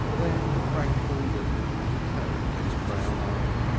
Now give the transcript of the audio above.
then the tranquil look returned to his brown eyes.